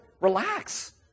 relax